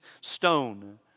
stone